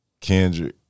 Kendrick